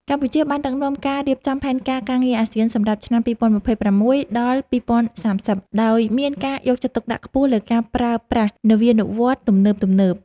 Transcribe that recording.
កម្ពុជាបានដឹកនាំការរៀបចំផែនការការងារអាស៊ានសម្រាប់ឆ្នាំ ២០២៦ ដល់ ២០៣០ ដោយមានការយកចិត្តទុកដាក់ខ្ពស់លើការប្រើប្រាស់នវានុវត្តន៍ទំនើបៗ។